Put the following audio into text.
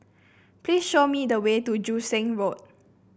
please show me the way to Joo Seng Road